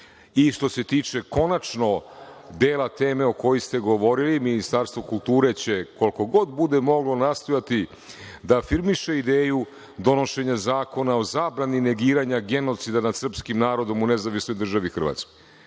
se tiče konačno dela tema o kojoj ste govorili Ministarstvo kulture će koliko god bude moglo nastojati da afirmiše ideju donošenja zakona o zabrani negiranja genocida na srpskim narodom u NDH, jer ako